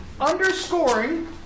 underscoring